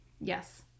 Yes